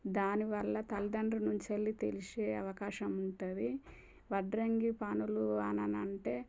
దాని వల్ల తలిదండ్రుల నుంచి వెళ్లి తెలిసే అవకాశం ఉంటుంది వడ్రంగి పనులు అని అంటే